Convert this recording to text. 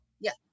Yes